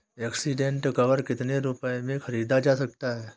Accident cover कितने रुपए में खरीदा जा सकता है?